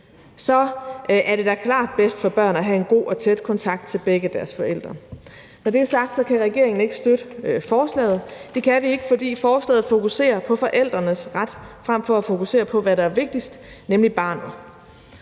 så er det da klart bedst for børn at have en god og tæt kontakt til begge deres forældre. Når det er sagt, kan regeringen ikke støtte forslaget. Det kan vi ikke, fordi forslaget fokuserer på forældrenes ret frem for at fokusere på, hvad der er vigtigst, nemlig barnet.